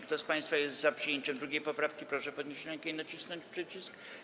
Kto z państwa jest za przyjęciem 2. poprawki, proszę podnieść rękę i nacisnąć przycisk.